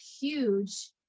huge